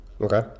Okay